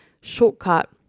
shortcut